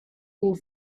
all